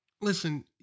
listen